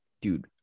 Dude